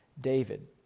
David